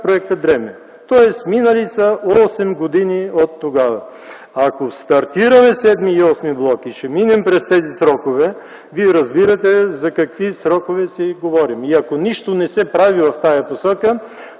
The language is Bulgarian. проектът дреме. Тоест минали са 8 години оттогава. Ако стартираме VІІ и VІІІ блок, ще минем през тези срокове. Вие разбирате за какви срокове си говорим. И ако нищо не се прави в тази посока,